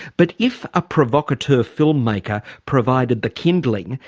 but if a provocateur filmmaker provided the kindling,